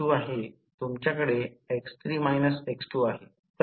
आता म्हणून व्होल्टेज गुणोत्तर K 1380011500 138115 असेल